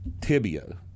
tibia